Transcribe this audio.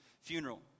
funeral